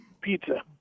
pizza